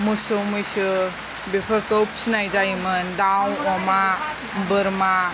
मोसौ मैसो बेफोरखौ फिसिनाय जायोमोन दाउ अमा बोरमा